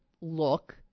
look